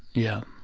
yeah.